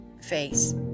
face